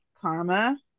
karma